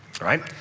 right